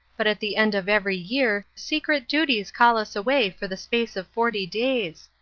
but at the end of every year secret duties call us away for the space of forty days.